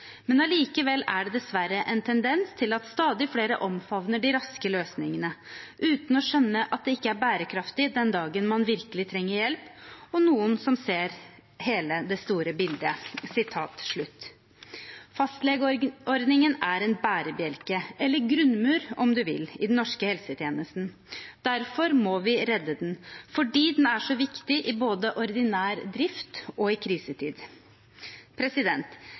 Men allikevel er det dessverre en tendens til at stadig flere omfavner de raske løsningene, uten å skjønne at det ikke er bærekraftig den dagen man virkelig trenger hjelp, og noen som ser hele det store bildet.» Fastlegeordningen er en bærebjelke – eller grunnmur, om du vil – i den norske helsetjenesten. Derfor må vi redde den, fordi den er så viktig både i ordinær drift og i krisetid.